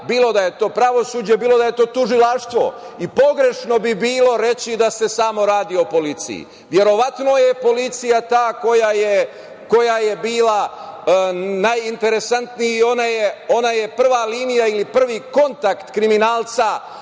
bilo da je to pravosuđe, bilo da je to Tužilaštvo. Pogrešno bi bilo reći da se samo govori o policiji. Verovatno je policija ta koja je bila najinteresantnija i ona je prva linija ili prvi kontakt kriminalca